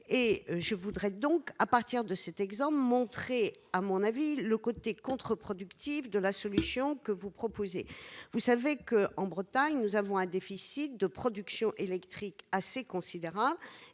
je voudrais donc à partir de cet exemple montrer à mon avis, le côté contre-productive de la solution que vous proposez, vous savez que, en Bretagne, nous avons un déficit de production électrique assez considérable